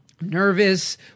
nervous